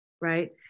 right